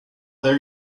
there